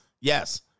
yes